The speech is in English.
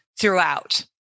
throughout